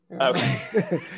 Okay